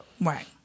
Right